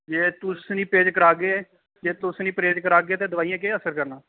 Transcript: जे तुस नी परहोज करागे जे तुस नी परहेज करागे ते दवाइयें केह् असर करना